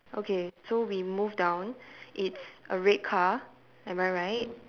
okay so we moved down it's a red car am I right